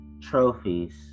trophies